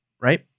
right